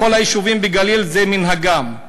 בכל היישובים בגליל, זה מנהגם.